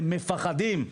הם מפחדים.